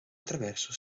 attraverso